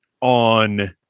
on